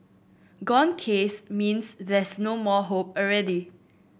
gone case means there's no more hope already